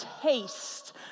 taste